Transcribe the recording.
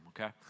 okay